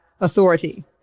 authority